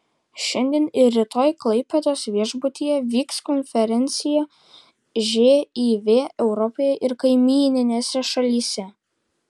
šiandien ir rytoj klaipėdos viešbutyje vyks konferencija živ europoje ir kaimyninėse šalyse